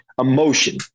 emotion